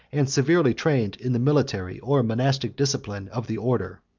and severely trained in the military or monastic discipline of the order.